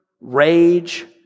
rage